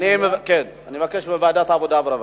אני מבקש, בוועדת העבודה והרווחה.